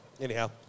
anyhow